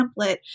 template